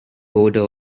odor